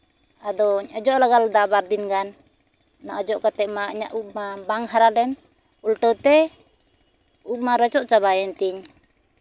ᱟᱫᱚᱧ ᱚᱡᱚᱜ ᱞᱟᱸᱜᱟ ᱞᱮᱫᱟ ᱵᱟᱨᱫᱤᱱ ᱜᱟᱱ ᱚᱡᱚᱜ ᱠᱟᱛᱮ ᱢᱟ ᱤᱧᱟᱹᱜ ᱩᱵ ᱢᱟ ᱵᱟᱝ ᱦᱟᱨᱟ ᱞᱮᱱ ᱩᱞᱴᱟᱹᱛᱮ ᱩᱵ ᱢᱟ ᱨᱚᱪᱚᱜ ᱪᱟᱵᱟᱭᱮᱱ ᱛᱤᱧ